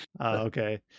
okay